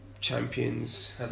Champions